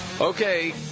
Okay